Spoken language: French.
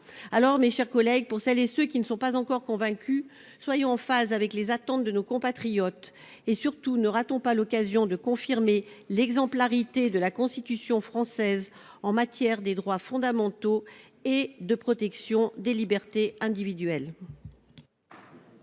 Alors, mes chers collègues, pour celles et ceux qui ne sont pas encore convaincus, soyons en phase avec les attentes de nos compatriotes et surtout ne ratons pas l'occasion de confirmer l'exemplarité de la Constitution française en matière de droits fondamentaux et de protection des libertés individuelles.